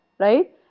right